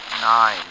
Nine